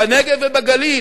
בנגב ובגליל,